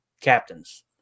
captains